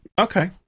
okay